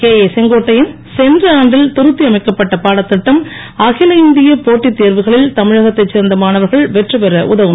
K A Sengottaiyan சென்ற ஆண்டில் திருத்தி அமைக்கப்பட்ட பாடத்திட்டம் அகில இந்திய போட்டித் தேர்வுகளில் தமிழகத்தைச் சேர்ந்த மாணவர்கன் வெற்றி பெற உதவும் என்றார்